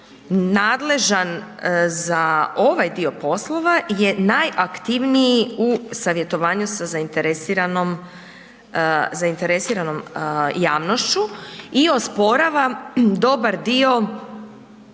nadležan za ovaj dio poslova je najaktivniji u savjetovanju sa zaineresiranom javnošću i osporava dobar dio procjene